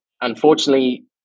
unfortunately